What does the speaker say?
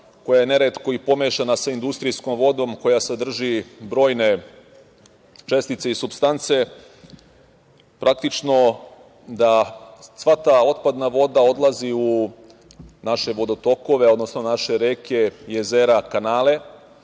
koja je neretko pomešana sa industrijskom vodom koja sadrži brojne čestice i supstance, praktično da sva ta otpadna voda odlazi u naše vodotokove, odnosno naše reke, jezera, kanale.